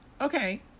okay